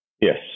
Yes